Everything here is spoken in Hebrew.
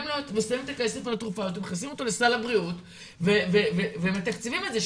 את הכסף לתרופה הזו ומכניסים אותה לסל הבריאות ומתקצבים את זה,